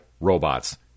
robots